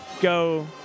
go